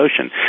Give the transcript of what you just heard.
Ocean